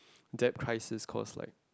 debt crisis cause like